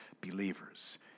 believers